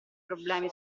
problemi